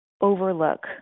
overlook